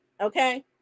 Okay